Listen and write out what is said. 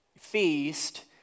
feast